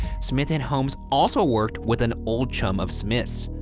smith and holmes also worked with an old chum of smith's,